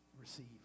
receive